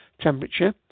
temperature